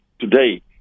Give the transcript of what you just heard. today